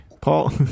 Paul